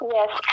Yes